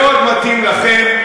מאוד מתאים לכם,